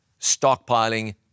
stockpiling